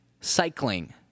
cycling